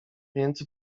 więc